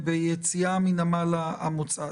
ביציאה מנמל המוצא.